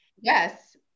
Yes